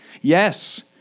yes